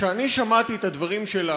כשאני שמעתי את הדברים שלה,